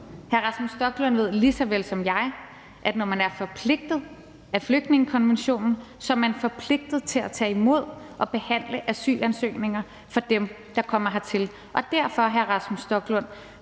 Hr. Rasmus Stoklund ved lige så vel som jeg, at når man er forpligtet af flygtningekonventionen, er man forpligtet til at tage imod og behandle asylansøgninger for dem, der kommer hertil. Og derfor, hr. Rasmus Stoklund,